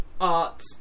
art